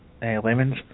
Lemons